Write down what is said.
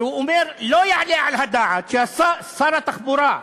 והוא אומר שלא יעלה על הדעת ששר התחבורה,